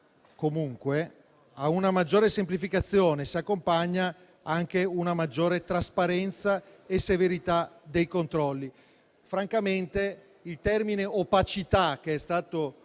detto - a una maggiore semplificazione si accompagnano maggiori trasparenza e severità dei controlli. Francamente, il termine "opacità" che è stato